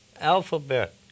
alphabet